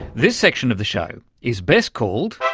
this section of the show is best called,